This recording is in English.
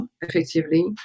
effectively